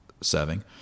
serving